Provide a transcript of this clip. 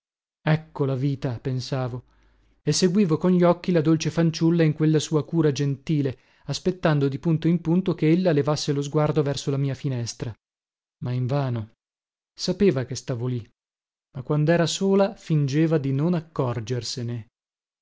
ecco la vita pensavo e seguivo con gli occhi la dolce fanciulla in quella sua cura gentile aspettando di punto in punto che ella levasse lo sguardo verso la mia finestra ma invano sapeva che stavo lì ma quandera sola fingeva di non accorgersene